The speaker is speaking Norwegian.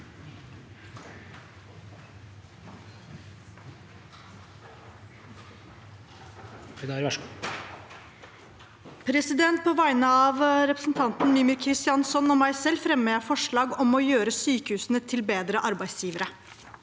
På vegne av represen- tanten Mímir Kristjánsson og meg selv fremmer jeg forslag om å gjøre sykehusene til bedre arbeidsgivere.